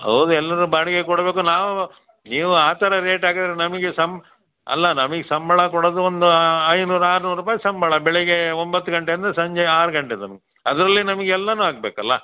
ಹೌದು ಎಲ್ಲರೂ ಬಾಡಿಗೆ ಕೊಡಬೇಕು ನಾವು ನೀವು ಆ ಥರ ರೇಟ್ ಹಾಕಿದ್ರೆ ನಮಗೆ ಸಂಬ್ ಅಲ್ಲ ನಮಗೆ ಸಂಬಳ ಕೊಡೋದು ಒಂದು ಐನೂರು ಆರ್ನೂರು ರೂಪಾಯಿ ಸಂಬಳ ಬೆಳಗ್ಗೆ ಒಂಬತ್ತು ಗಂಟೆಯಿಂದ ಸಂಜೆ ಆರು ಗಂಟೆ ತನಕ ಅದರಲ್ಲಿ ನಮ್ಗೆ ಎಲ್ಲನೂ ಆಗಬೇಕಲ್ಲ